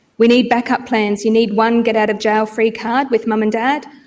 we need backup plans. you need one get-out-of-jail-free card with mum and dad.